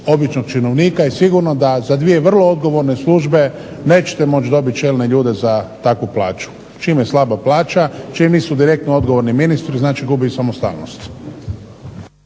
običnog činovnika i sigurno da za dvije vrlo odgovorne službe nećete moći dobiti čelne ljude za takvu plaću. Čim je slaba plaća, čim nisu direktno odgovorni ministru znači gubi samostalnost.